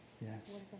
Yes